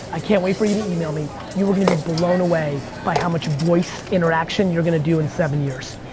i can't wait for you to email me, you are gonna be blown away by how much voice interaction you're gonna do in seven years.